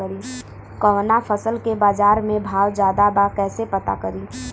कवना फसल के बाजार में भाव ज्यादा बा कैसे पता करि?